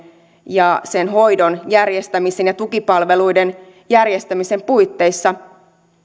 ja sen hoidon järjestämisen ja tukipalveluiden järjestämisen puitteissa